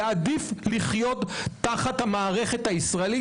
הוא יעדיף לחיות תחת המערכת הישראלית,